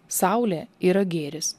saulė yra gėris